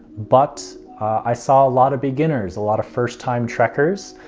but i saw a lot of beginners, a lot of first-time trekkers,